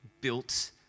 built